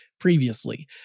Previously